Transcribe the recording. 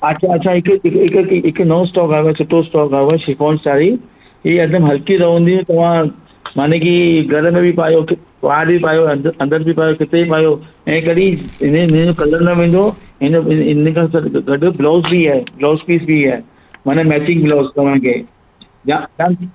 अच्छा अच्छा हिकु नओं स्टॉक आयो आहे सुठो स्टॉक आयो आहे शिफ़ोन साड़ी इहा हिकदमि हलकी रहंदी तव्हां माने की घर में बि पायो की बाहिरि बि पायो अंदरि अंदरि बि पायो किथे बि पायो ऐं कॾहिं हिन हिन जो कलर न वेंदो हिन हिन खां गॾु ब्लाउज़ बि आहे ब्लाउज़ पीस बि आहे माना मैचिंग ब्लाउज़ तव्हांखे